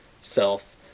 self